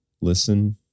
Listen